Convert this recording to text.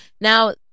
now